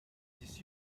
this